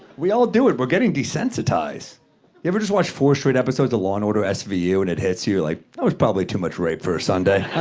we all do it, we're getting desensitized. you ever just watch four straight episodes of law and order svu and it hits you, like, that was probably too much rape for a sunday?